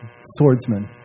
swordsman